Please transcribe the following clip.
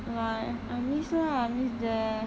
like I miss lah I miss there